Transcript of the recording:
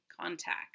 contact